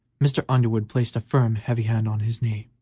mr. underwood placed a firm, heavy hand on his knee.